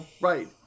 Right